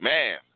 Man